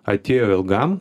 atėjo ilgam